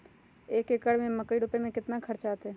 एक एकर में मकई रोपे में कितना खर्च अतै?